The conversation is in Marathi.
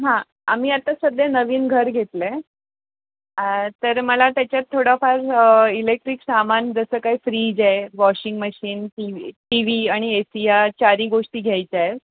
हां आम्ही आता सध्या नवीन घर घेतलं आहे तर मला त्याच्यात थोडंफार इलेक्ट्रिक सामान जसं काय फ्रीज आहे washing machine T TV आणि ए सी ह्या चारही गोष्टी घ्यायच्या आहेत